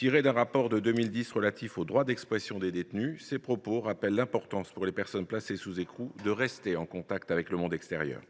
dans un rapport de 2010 relatif au droit d’expression des détenus. Cette observation rappelle l’importance pour les personnes placées sous écrou de rester en contact avec le monde extérieur.